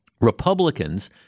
Republicans